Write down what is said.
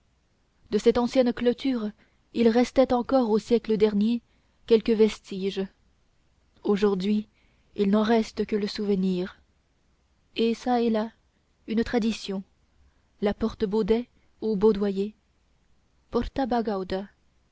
de cette ancienne clôture il restait encore au siècle dernier quelques vestiges aujourd'hui il n'en reste que le souvenir et çà et là une tradition la porte baudets ou baudoyer porta